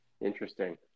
Interesting